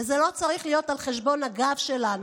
וזה לא צריך להיות על חשבון הגב שלנו,